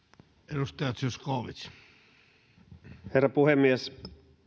arvoisa herra puhemies